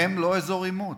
הם לא אזור עימות.